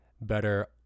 better